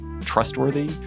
trustworthy